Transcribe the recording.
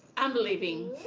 am leaving.